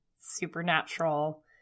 supernatural